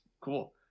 cool